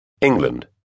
England